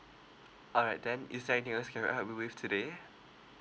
all right then is there anything else I can he~ help you with today